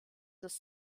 dass